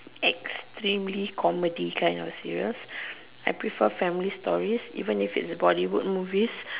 extremely comedy kind of series I prefer family stories even if it is Bollywood stories